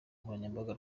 nkoranyambaga